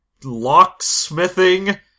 locksmithing